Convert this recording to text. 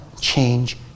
change